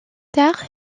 tard